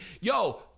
yo